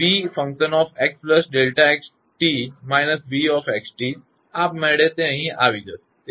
તે હશે −𝑣𝑥Δ𝑥𝑡−𝑣𝑥𝑡 આપમેળે તે અહીં આ આવશે